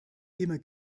immer